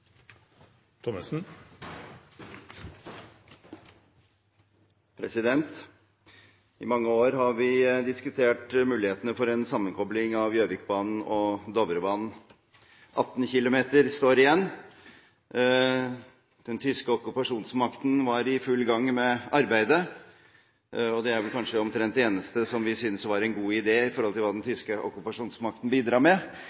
I mange år har vi diskutert mulighetene for en sammenkobling av Gjøvikbanen og Dovrebanen. 18 km står igjen. Den tyske okkupasjonsmakten var i full gang med arbeidet, og det er vel kanskje omtrent det eneste som vi synes var en god idé i forhold til hva den tyske okkupasjonsmakten bidro med